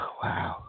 wow